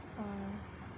uh